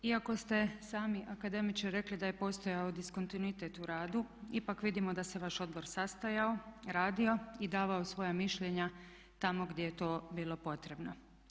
Iako ste sami akademiče rekli da je postojao diskontinuitet u radu, ipak vidimo da se vaš odbor sastajao, radio i davao svoja mišljenja tamo gdje je to bilo potrebno.